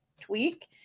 tweak